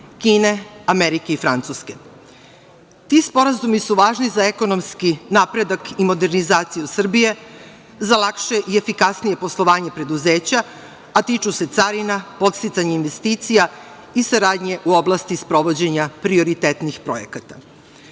Kine, Amerike i Francuske. Ti sporazumi su važni za ekonomski napredak i modernizaciju Srbije, za lakše i efikasnije poslovanje preduzeća, a tiču se carina, podsticanje investicija i saradnje u oblasti sprovođenja prioritetnih projekata. Kada